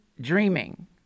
dreaming